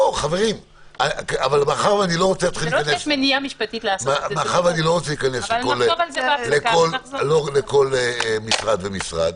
מאחר שאני לא רוצה להיכנס לכל משרד ומשרד,